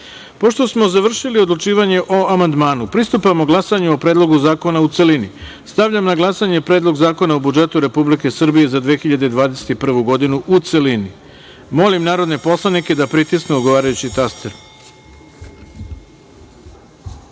smo završili odlučivanje o amandmanu, pristupamo glasanju o Predlogu zakona, u celini. Stavljam na glasanje Predlog zakona o budžetu Republike Srbije za 2021. godinu, u celini. Molim narodne poslanike da pritisnu odgovarajući